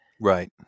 Right